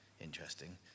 Interesting